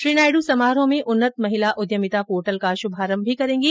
श्री नायड् समारोह में उन्नत महिला उद्यमिता पोर्टल का शुभारंभ भी करेंगे